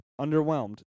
Underwhelmed